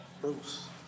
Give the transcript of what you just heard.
Bruce